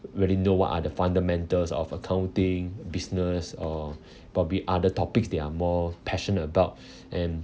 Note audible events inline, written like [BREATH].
already know what are the fundamentals of accounting business or probably other topics they are more passionate about [BREATH] and